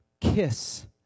Kiss